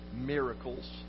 miracles